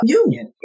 union